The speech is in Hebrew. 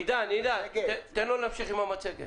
עידן, תן לו להמשיך עם המצגת.